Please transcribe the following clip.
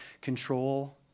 control